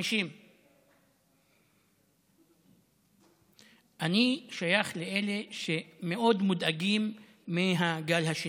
50. אני שייך לאלה שמאוד מודאגים מהגל השני,